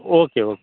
okay okay